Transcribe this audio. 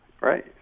right